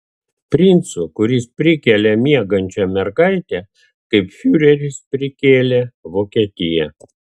princu kuris prikelia miegančią mergaitę kaip fiureris prikėlė vokietiją